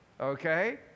Okay